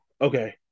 okay